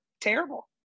terrible